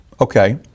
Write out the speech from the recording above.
Okay